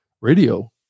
radio